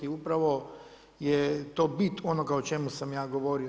I upravo je to bit onoga o čemu sam ja govorio.